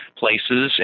places